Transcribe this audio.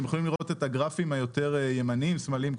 אתם יכולים לראות את הגרפים היותר ימניים או שמאליים,